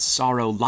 sorrow